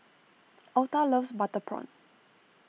Altha loves Butter Prawn